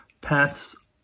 paths